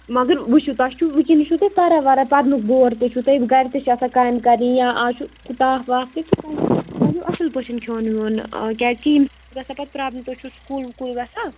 مگر وُچھِو تۄہہِ چھُ وُنکٮیٚن چھِ تُہۍ پَران وَران پَرنُک بور تہِ چھُ تۄہہِ گَرِ تہِ چھِ آسان کامہِ کَرنہِ یا اَز چھُ تاپھ واپھ تہِ تۄہہِ اَصٕل پٲٹھۍ کھیٚوان وِیٚوان آ کیٛازکہِ یہِ چھِ گَژھان پتہٕ پرٛابلِم تُہۍ چھِو سکوٗل وکوٗل گَژھان